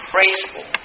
Graceful